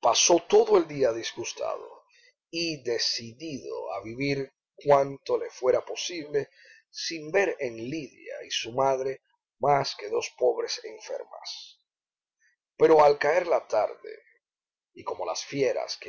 pasó todo el día disgustado y decidido a vivir cuanto le fuera posible sin ver en lidia y su madre más que dos pobres enfermas pero al caer la tarde y como las fieras